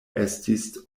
estis